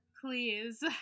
please